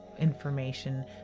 information